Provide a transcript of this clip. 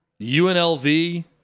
UNLV